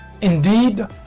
indeed